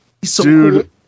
Dude